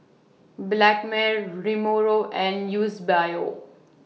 blackmail Ramiro and Eusebio